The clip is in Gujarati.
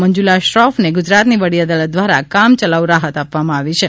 મંજુલા શ્રોફને ગુજરાતની વડી અદાલત દ્વારા કામચલાઉ રાહત આપવામાં આવી છે